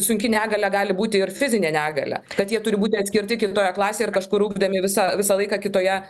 sunki negalia gali būti ir fizinė negalia kad jie turi būti atskirti kitoje klasėje ir kažkur ugdomi visa visą laiką kitoje